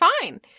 fine